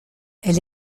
elle